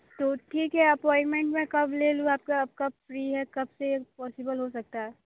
तो ठीक है अपॉइंटमेंट मैं कब ले लूँ मैं आपका आप कब फ़्री है कब से पॉसिबल हो सकता है